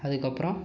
அதுக்கப்புறோம்